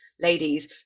ladies